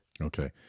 Okay